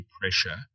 pressure